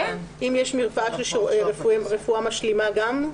אם יש רפואה משלימה, גם זה?